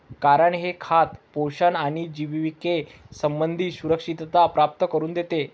कारण हे खाद्य पोषण आणि जिविके संबंधी सुरक्षितता प्राप्त करून देते